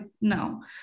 no